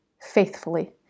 faithfully